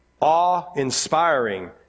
awe-inspiring